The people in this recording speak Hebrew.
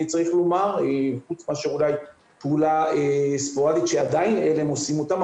אולי פעולה ספורדית שעדיין עלם עושים אותה,